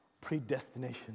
predestination